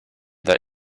that